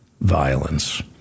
violence